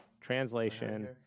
translation